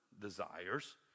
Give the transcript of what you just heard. desires